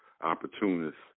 opportunists